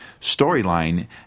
storyline